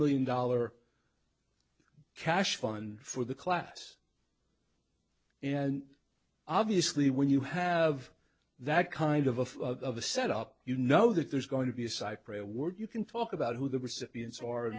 million dollar cash fund for the class and obviously when you have that kind of of a set up you know that there's going to be a cypre award you can talk about who the recipients